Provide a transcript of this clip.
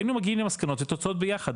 והיינו מגיעים למסקנות ולתוצאות ביחד,